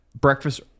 breakfast